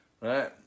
right